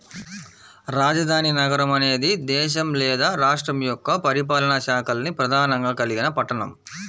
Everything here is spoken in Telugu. రాజధాని నగరం అనేది దేశం లేదా రాష్ట్రం యొక్క పరిపాలనా శాఖల్ని ప్రధానంగా కలిగిన పట్టణం